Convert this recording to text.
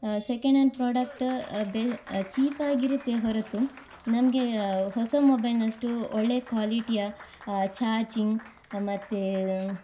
second hand product ಬೆ ಚೀಪಾಗಿರುತ್ತೆ ಹೊರತು ನಮಗೆ ಹೊಸ ಮೊಬೈಲ್ನಷ್ಟು ಒಳ್ಳೆಯ ಕ್ವಾಲಿಟಿಯ ಚಾರ್ಜಿಂಗ್ ಮತ್ತು